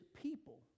people